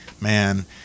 man